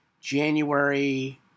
January